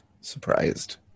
surprised